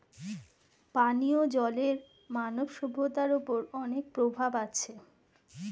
পানিও জলের মানব সভ্যতার ওপর অনেক প্রভাব আছে